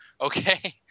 Okay